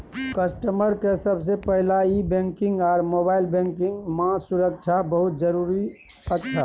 customer के सबसे पहला ई बैंकिंग आर मोबाइल बैंकिंग मां सुरक्षा बहुत जरूरी अच्छा